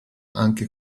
anche